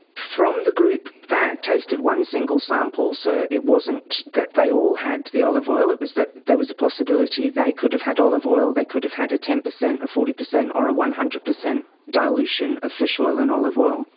from the group that tasted one single sample so it wasn't that they all had the olive oil, it was that there was a possibility that they could have had olive oil, they could have had a ten percent or forty percent or ah one hundred percent dilution of fish oil and olive oil.